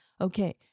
Okay